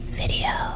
video